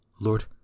Lord